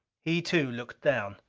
he too, looked down.